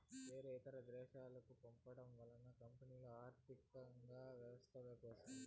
వేరే ఇతర దేశాలకు పంపడం వల్ల కంపెనీలో ఆర్థికంగా వృద్ధిలోకి వస్తాయి